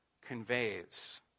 conveys